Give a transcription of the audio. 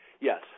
yes